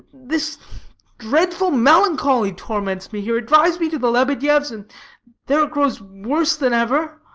this dreadful melancholy torments me here, it drives me to the lebedieff's and there it grows worse than ever.